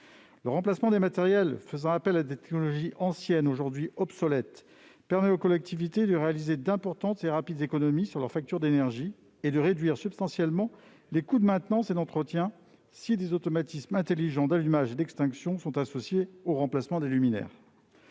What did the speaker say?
Le remplacement des matériels faisant appel à des technologies anciennes aujourd'hui obsolètes permet aux collectivités de réaliser d'importantes et rapides économies sur leurs factures d'énergie, et de réduire substantiellement les coûts de maintenance et d'entretien si des automatismes intelligents d'allumage et d'extinction sont associés au remplacement des luminaires.